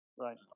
right